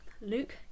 Luke